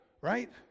right